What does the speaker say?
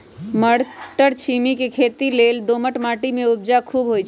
मट्टरछिमि के खेती लेल दोमट माटी में उपजा खुब होइ छइ